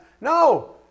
No